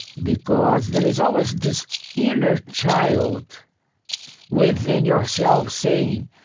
because there is always this inner child within yourself saying,